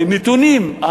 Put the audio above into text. המתונים,